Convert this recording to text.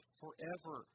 forever